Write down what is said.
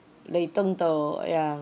lei deng dou yeah